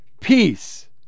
peace